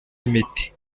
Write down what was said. imiti